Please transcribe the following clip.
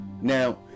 Now